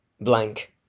blank